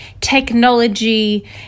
technology